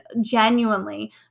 genuinely